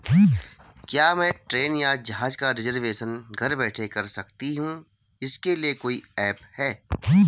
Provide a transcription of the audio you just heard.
क्या मैं ट्रेन या जहाज़ का रिजर्वेशन घर बैठे कर सकती हूँ इसके लिए कोई ऐप है?